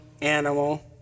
animal